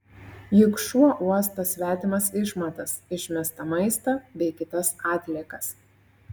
juk šuo uosto svetimas išmatas išmestą maistą bei kitas atliekas